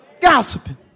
Gossiping